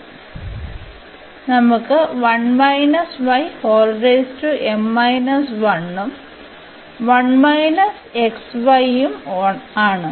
അതിനാൽ നമുക്ക് ഉം 1 മൈനസ് x y ഉം ആണ്